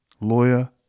lawyer